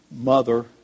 mother